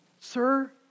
Sir